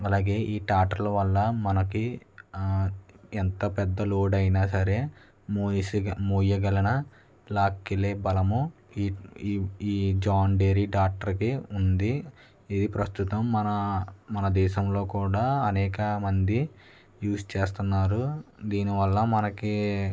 అలాగే ఈ ట్రాక్టర్ వల్ల మనకి ఎంత పెద్ద లోడ్ అయినా సరే మోసే మోయగల లాక్కెళ్ళే బలము ఈ ఈ జాన్ డీరే ట్రాక్టర్కి ఉంది ఇది ప్రస్తుతం మన మన దేశంలో కూడా అనేకమంది యూజ్ చేస్తున్నారు దీని వల్ల మనకి